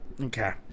okay